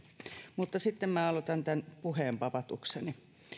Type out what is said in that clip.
mutta sitten aloitan tämän puheenpapatukseni